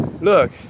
Look